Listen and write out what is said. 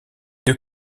deux